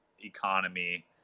economy